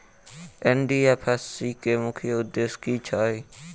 NDFSC केँ मुख्य उद्देश्य की छैक?